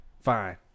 fine